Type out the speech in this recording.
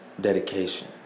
Dedication